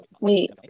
Wait